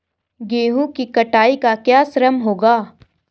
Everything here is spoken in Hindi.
गेहूँ की कटाई का क्या श्रम होगा?